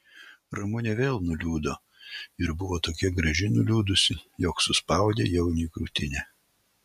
ramunė vėl nuliūdo ir buvo tokia graži nuliūdusi jog suspaudė jauniui krūtinę